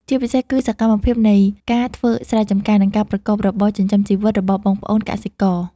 ជាពិសេសគឺសកម្មភាពនៃការធ្វើស្រែចម្ការ និងការប្រកបរបរចិញ្ចឹមជីវិតរបស់បងប្អូនកសិករ។